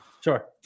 Sure